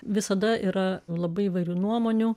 visada yra labai įvairių nuomonių